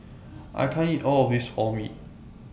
I can't eat All of This Orh Nee